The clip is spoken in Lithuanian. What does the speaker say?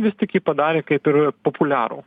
vis tik jį padarė kaip ir populiarų